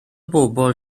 bobl